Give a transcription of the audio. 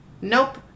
Nope